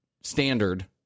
standard